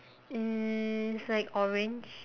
um it's like orange